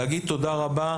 להגיד תודה רבה,